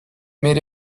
made